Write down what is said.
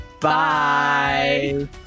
Bye